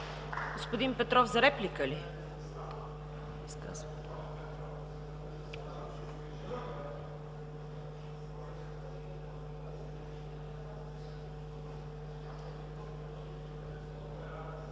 Господин Петров, за реплика ли? Изказване.